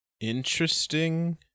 Interesting